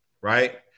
Right